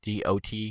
dot